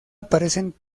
aparecen